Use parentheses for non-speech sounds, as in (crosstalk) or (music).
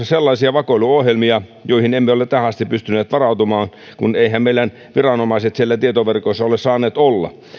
(unintelligible) sellaisia vakoiluohjelmia joihin emme ole tähän asti pystyneet varautumaan kun eiväthän meidän viranomaiset siellä tietoverkoissa ole saaneet olla